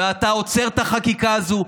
ואתה עוצר את החקיקה הזו.